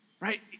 Right